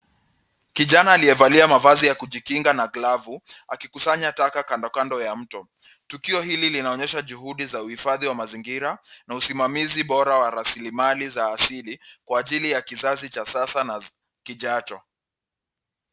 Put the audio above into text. Kijana aliyevalia mavazi ya kujikinga na glavu akikusanya taka kando kando ya mto. Tukio hili linaonyesha juhudi za uhifadhi wa mazingira na usimamizi bora wa raslimali za asili kwa ajili ya kizazi cha sasa na kijacho.